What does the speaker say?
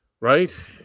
Right